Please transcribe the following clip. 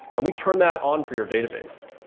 and we turn that on for your database.